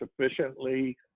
sufficiently